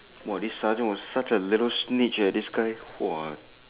!wah! this sergeant was such a little snitch eh this guy !wah!